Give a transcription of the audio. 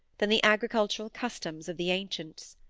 than the agricultural customs of the ancients.